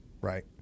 Right